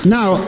Now